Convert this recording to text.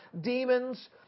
demons